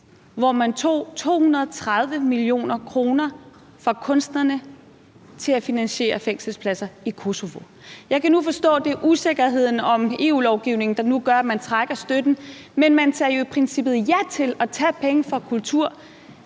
hvor man tog 230 mio. kr. fra kunstnerne for at finansiere fængselspladser i Kosovo. Jeg kan nu forstå, at det er usikkerheden om EU-lovgivningen, der gør, at man trækker støtten, men man sagde jo i princippet ja til at tage penge fra kulturen